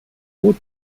both